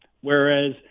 Whereas